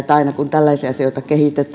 tärkeää että